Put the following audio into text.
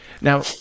Now